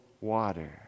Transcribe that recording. water